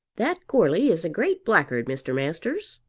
that goarly is a great blackguard, mr. masters.